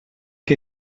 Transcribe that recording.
que